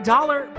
Dollar